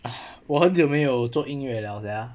哎我很久没有做音乐 liao sia